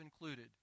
included